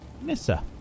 Missa